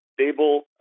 stable